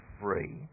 free